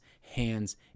hands